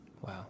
wow